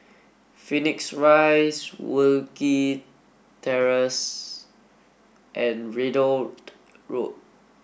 Phoenix Rise Wilkie Terrace and Ridout Road